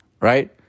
right